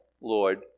Lord